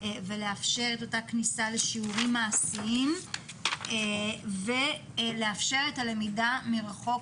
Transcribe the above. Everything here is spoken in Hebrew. ולאפשר את אותה כניסה לשיעורים מעשיים ולאפשר את הלמידה מרחוק